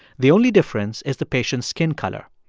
the only difference is the patient's skin color.